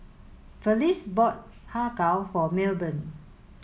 Felice bought Har Kow for Milburn